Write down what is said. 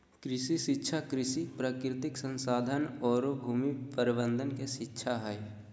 कृषि शिक्षा कृषि, प्राकृतिक संसाधन औरो भूमि प्रबंधन के शिक्षा हइ